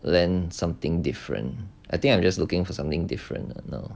then something different I think I'm just looking for something different you know